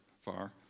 far